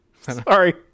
Sorry